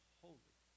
holy